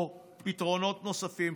או יש פתרונות נוספים,